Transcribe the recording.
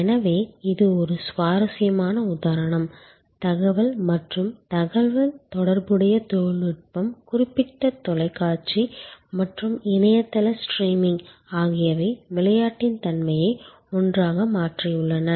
எனவே இது ஒரு சுவாரஸ்யமான உதாரணம் தகவல் மற்றும் தகவல் தொடர்பு தொழில்நுட்பம் குறிப்பிட்ட தொலைக்காட்சி மற்றும் இணையதள ஸ்ட்ரீமிங் ஆகியவை விளையாட்டின் தன்மையை ஒன்றாக மாற்றியுள்ளன